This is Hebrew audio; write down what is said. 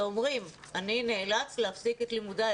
ואומרים: אני נאלץ להפסיק את לימודיי,